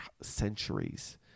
centuries